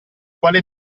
quale